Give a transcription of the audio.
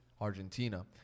Argentina